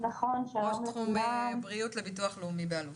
ראש תחום בריאות וביטוח לאומי באלו"ט.